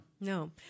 no